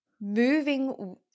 moving